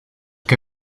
que